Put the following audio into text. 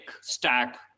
stack